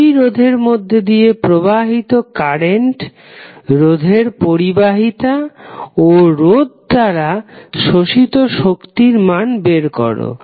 ওই রোধের মধ্যে দিয়ে প্রবাহিত কারেন্ট রোধের পরিবাহিতা ও রোধ দ্বারা শোষিত শক্তির মান বের করো